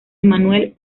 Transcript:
emanuel